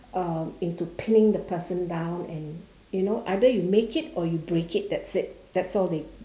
um into pinning the person down and you know either you make it or you break it that's it that's all they